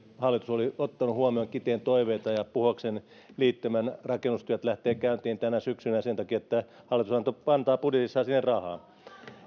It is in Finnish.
hallitus oli ottanut huomioon kiteen toiveita ja puhoksen liittymän rakennustyöt lähtevät käyntiin tänä syksynä sen takia että hallitus antaa budjetissaan sinne rahaa